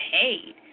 paid